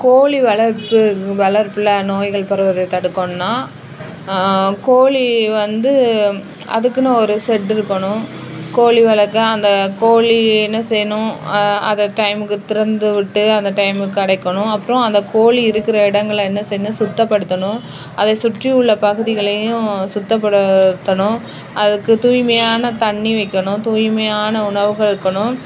கோழி வளர்ப்பு வளர்ப்பில் நோய்கள் பரவுவதை தடுக்கோணுண்னா கோழி வந்து அதுக்குன்னு ஒரு ஷெட்டு இருக்கணும் கோழி வளர்க்க அந்த கோழின்னு செய்யணும் அத டைமுக்கு திறந்து விட்டு அந்த டைமுக்கு அடைக்கணும் அப்புறோம் அந்த கோழி இருக்கிற இடங்கள என்ன செய்யணும் சுத்தப்படுத்தணும் அதைச் சுற்றியுள்ள பகுதிகளையும் சுத்தப்படுத்தணும் அதுக்கு தூய்மையான தண்ணி வைக்கணும் தூய்மையான உணவுகள் வைக்கணும்